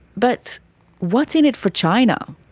but what's in it for china?